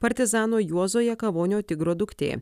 partizano juozo jakavonio tigro duktė